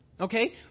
okay